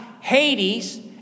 Hades